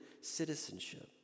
citizenship